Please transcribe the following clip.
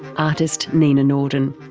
artist nina norden.